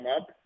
up